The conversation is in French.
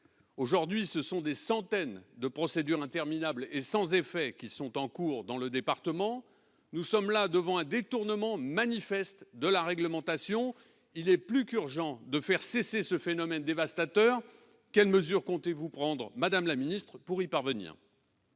aujourd'hui, ce sont des centaines de procédures interminables et sans effets qui sont en cours dans le département, nous sommes là devant un détournement manifeste de la réglementation, il est plus qu'urgent de faire cesser ce phénomène dévastateur, quelles mesures comptez-vous prendre, Madame la Ministre, pour y parvenir.